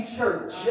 church